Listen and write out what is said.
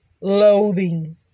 loathing